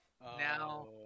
now